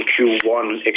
Q1